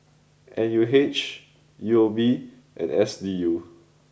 N U H U O B and S D U